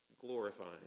glorifying